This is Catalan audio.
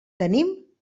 tenim